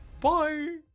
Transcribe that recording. Bye